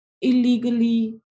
illegally